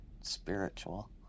spiritual